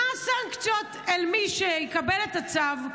מה הסנקציות על מי שיקבל את הצו,